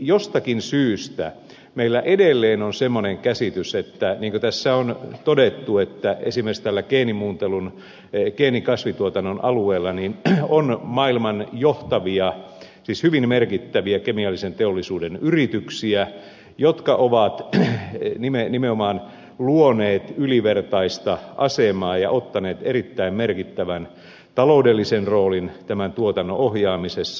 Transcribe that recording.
jostakin syystä meillä edelleen on semmoinen käsitys niin kuin tässä on todettu että esimerkiksi tällä geenimuunnellun kasvintuotannon alueella on maailman johtavia siis hyvin merkittäviä kemiallisen teollisuuden yrityksiä jotka ovat nimenomaan luoneet ylivertaista asemaa ja ottaneet erittäin merkittävän taloudellisen roolin tämän tuotannon ohjaamisessa